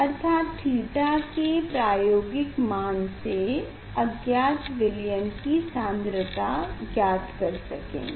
अर्थात थीटा के प्रायोगिक मान से अज्ञात विलयन की सान्द्रता ज्ञात कर सकेंगे